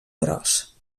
gros